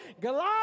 Goliath